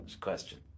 question